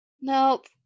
Nope